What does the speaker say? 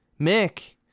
Mick